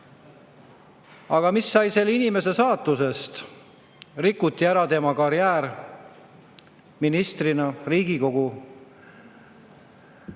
Aga mis sai selle inimese saatusest? Rikuti ära tema karjäär ministrina, Riigikogu